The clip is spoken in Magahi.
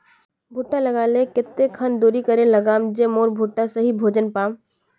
भुट्टा लगा ले कते खान दूरी करे लगाम ज मोर भुट्टा सही भोजन पाम?